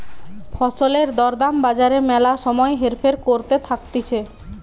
ফসলের দর দাম বাজারে ম্যালা সময় হেরফের করতে থাকতিছে